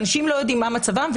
ואנשים לא יודעים מה מצבם.